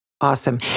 Awesome